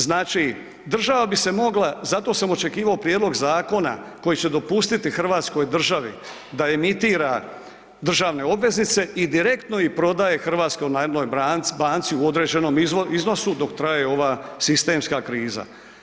Znači država bi se mogla, zato sam očekivao prijedlog zakona koji će dopustiti Hrvatskoj državi da emitira državne obveznice i direktno ih prodaje hrvatskoj jednoj banci u određenom iznosu dok traje ova sistemska kriza.